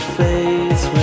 face